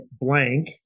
blank